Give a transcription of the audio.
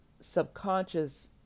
subconscious